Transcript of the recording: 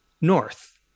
north